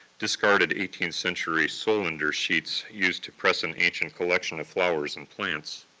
discarded eighteenth-century solander sheets used to press an ancient collection of flowers and plants.